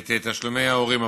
את תשלומי ההורים.